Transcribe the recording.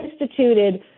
instituted